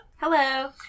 Hello